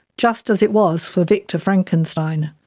just as it was for victor frankenstein.